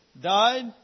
died